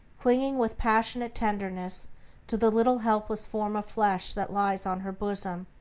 clinging with passionate tenderness to the little helpless form of flesh that lies on her bosom,